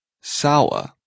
sour